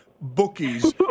bookies